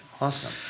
Awesome